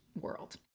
world